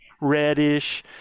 reddish